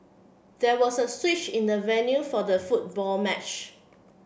there was a switch in the venue for the football match